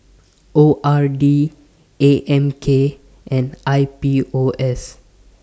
O R D A M K and I P O S